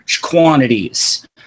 quantities